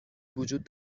وجود